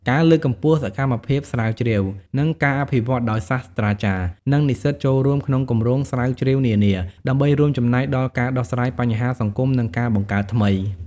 ការលើកកម្ពស់សកម្មភាពស្រាវជ្រាវ និងការអភិវឌ្ឍន៍ដោយសាស្ត្រាចារ្យ និងនិស្សិតចូលរួមក្នុងគម្រោងស្រាវជ្រាវនានា ដើម្បីរួមចំណែកដល់ការដោះស្រាយបញ្ហាសង្គម និងការបង្កើតថ្មី។